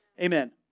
Amen